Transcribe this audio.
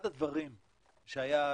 אחד הדברים ששינה